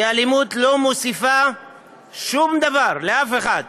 כי אלימות לא מוסיפה שום דבר לאף אחד.